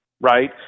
right